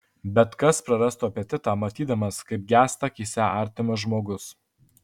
bet kas prarastų apetitą matydamas kaip gęsta akyse artimas žmogus